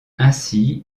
ainsi